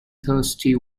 thirsty